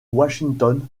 washington